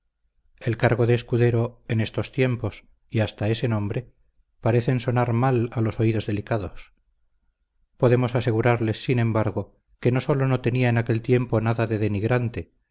el cargo de escudero en estos tiempos y hasta ese nombre parecen sonar mal a los oídos delicados podemos asegurarles sin embargo que no sólo no tenía en aquel tiempo nada de denigrante